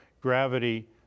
Gravity